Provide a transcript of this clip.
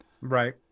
Right